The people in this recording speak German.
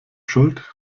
schuld